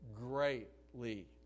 greatly